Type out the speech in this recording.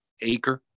acre